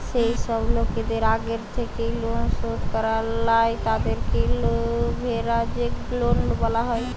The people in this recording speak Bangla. যেই সব লোকদের আগের থেকেই লোন শোধ করা লাই, তাদেরকে লেভেরাগেজ লোন বলা হয়